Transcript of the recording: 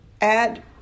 add